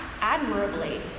admirably